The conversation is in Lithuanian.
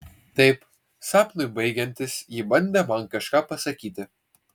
taip sapnui baigiantis ji bandė man kažką pasakyti